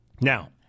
Now